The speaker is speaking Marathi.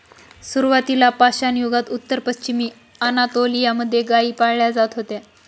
सुरुवातीला पाषाणयुगात उत्तर पश्चिमी अनातोलिया मध्ये गाई पाळल्या जात होत्या